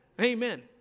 Amen